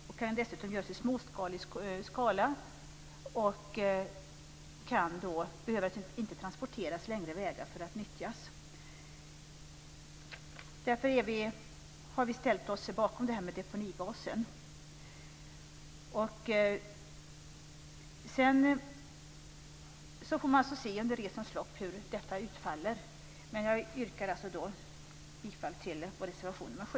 Detta kan dessutom göras i liten skala. Metangasen behöver då inte transporteras längre vägar för att nyttjas. Därför har vi ställt oss bakom ett förslag gällande deponigas. Man får se under resans gång hur det utfaller. Jag yrkar bifall till reservation 7.